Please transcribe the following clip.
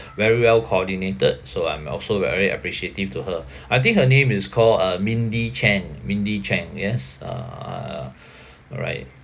very well coordinated so I'm also very appreciative to her I think her name is call uh mindy chen mindy chen yes ah uh uh alright